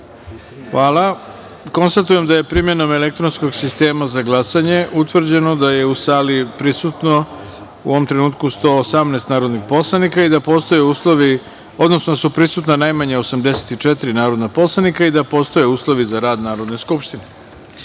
Hvala. Konstatujem da je primenom elektronskog sistema za glasanje utvrđeno da je u sali prisutno u ovom trenutku 118 narodnih poslanika, odnosno da su prisutna najmanje 84 narodna poslanika i da postoje uslovi za rad Narodne skupštine. Da